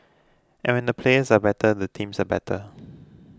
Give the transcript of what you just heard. and when the players are better the teams are better